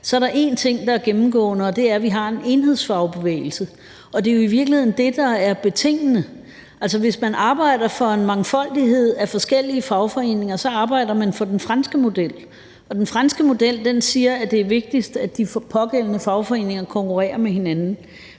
så er der en ting, der er gennemgående, og det er, at vi har en enhedsfagbevægelse, og det er i virkeligheden det, der er betingende. Hvis man arbejder for en mangfoldighed af forskellige fagforeninger, arbejder man for den franske model, og den franske model siger, at det er vigtigst, at de pågældende fagforeninger konkurrerer med hinanden,